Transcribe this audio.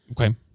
Okay